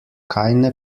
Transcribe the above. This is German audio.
keine